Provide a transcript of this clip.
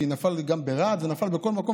כי נפל גם ברהט ונפל בכל מקום,